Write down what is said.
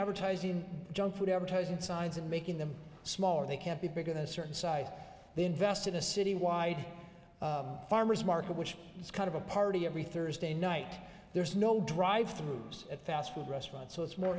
advertising junk food ever ties and sides and making them smaller they can't be bigger than a certain size they invest in a citywide farmer's market which is kind of a party every thursday night there's no drive through at fast food restaurants so it's more